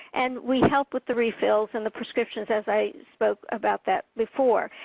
and we help with the refills and the prescriptions as i spoke about that before.